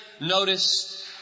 notice